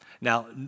Now